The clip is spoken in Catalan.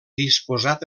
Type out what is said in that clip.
disposat